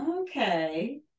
okay